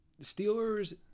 Steelers